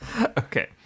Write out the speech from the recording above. okay